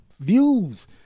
views